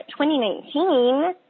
2019